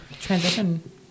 transition